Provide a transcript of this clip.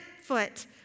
foot